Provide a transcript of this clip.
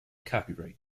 copyright